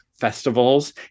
festivals